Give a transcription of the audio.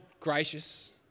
gracious